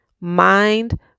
Mind